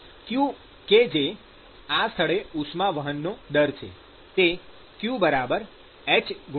q કે જે આ સ્થળે ઉષ્મા વહનનો દર છે તે q hAT∞1 T